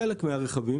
חלק מהרכבים,